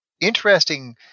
interesting